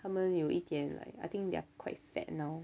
他们有一点 like I think they're quite fat now